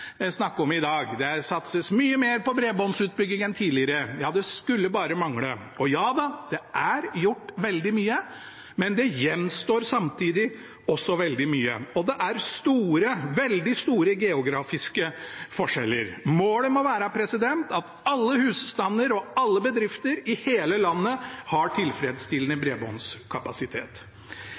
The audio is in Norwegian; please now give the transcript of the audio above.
om i dag. Det satses mye mer på bredbåndsutbygging enn tidligere. Ja, det skulle bare mangle. Og ja, det er gjort veldig mye, men det gjenstår samtidig også veldig mye. Og det er store – veldig store – geografiske forskjeller. Målet må være at alle husstander og alle bedrifter i hele landet har tilfredsstillende bredbåndskapasitet.